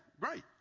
great